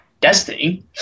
destiny